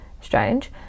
strange